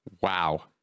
Wow